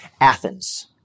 Athens